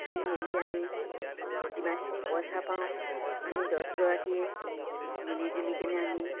দি মেলি আমি যিমানখিনি পইচা পাওঁ আমি দছগৰাকীয়ে মিলিজুলি কেনে আমি